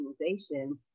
organization